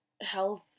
health